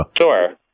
Sure